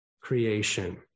creation